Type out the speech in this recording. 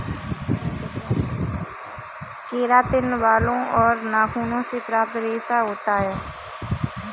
keratin बालों और नाखूनों से प्राप्त रेशा होता है